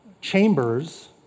chambers